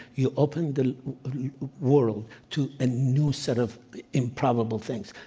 you open the world to a new set of improbable things.